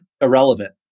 irrelevant